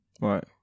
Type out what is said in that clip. Right